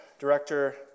Director